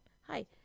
Hi